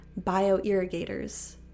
bioirrigators